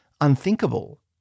unthinkable